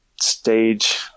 stage